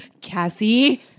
Cassie